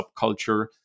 subculture